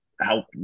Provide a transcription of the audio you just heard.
help